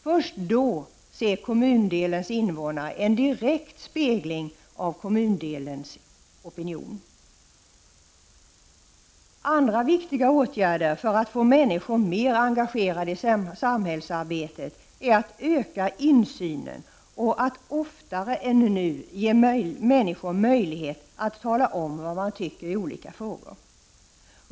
Först då ser kommundelens invånare en direkt spegling av kommundelens opinion. Andra viktiga åtgärder för att få människor mer engagerade i samhällsarbetet är att öka insynen och att oftare än nu ge människor möjlighet att tala om vad de tycker i olika frågor.